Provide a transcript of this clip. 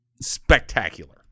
spectacular